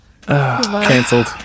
Cancelled